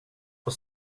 och